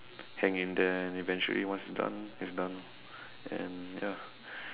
hang in there and eventually once done it's done and ya